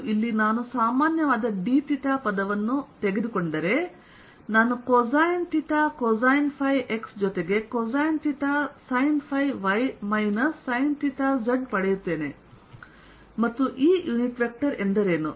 ಮತ್ತು ಇಲ್ಲಿ ನಾನು ಸಾಮಾನ್ಯವಾದdವನ್ನು ತೆಗೆದುಕೊಂಡರೆ ನಾನು cosine theta cosine phi x ಜೊತೆಗೆ cosine theta sine phi y minus sine theta z ಪಡೆಯುತ್ತೇನೆ ಮತ್ತು ಈ ಯುನಿಟ್ ವೆಕ್ಟರ್ ಎಂದರೇನು